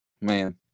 man